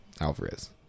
Alvarez